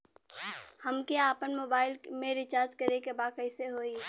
हमके आपन मोबाइल मे रिचार्ज करे के बा कैसे होई?